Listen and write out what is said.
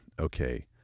okay